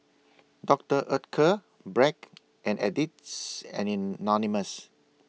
Doctor Oetker Bragg and Addicts Anonymous